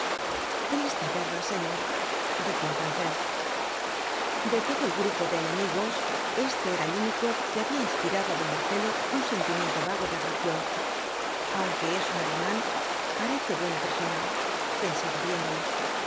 triste guerra señor dijo en francés de todo el grupo de enemigos éste era el único que había inspirado a don marcelo un sentimiento vago de atracción aunque es un alemán parece buena persona pensaba viéndole